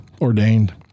ordained